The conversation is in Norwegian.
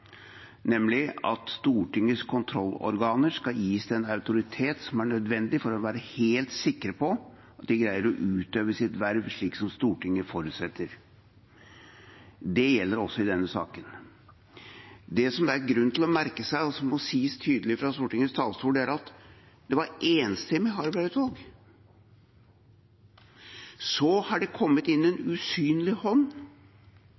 nemlig at Stortingets kontrollorganer skal gis den autoriteten som er nødvendig for å være helt sikre på at de greier å utøve sitt verv slik som Stortinget forutsetter. Det gjelder også i denne saken. Det som det er grunn til å merke seg, og som må sies tydelig fra Stortingets talerstol, er at det var et enstemmig Harberg-utvalg. Så har det kommet inn en usynlig hånd,